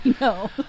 No